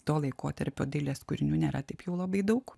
to laikotarpio dailės kūrinių nėra taip jau labai daug